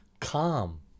calm